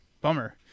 Bummer